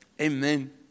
Amen